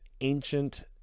ancient